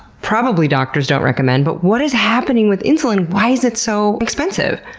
probably doctors don't recommend, but what is happening with insulin? why is it so expensive?